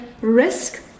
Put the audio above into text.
risk